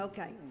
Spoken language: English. Okay